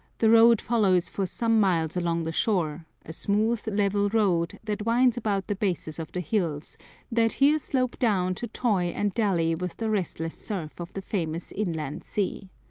the road follows for some miles along the shore, a smooth, level road that winds about the bases of the hills that here slope down to toy and dally with the restless surf of the famous inland sea.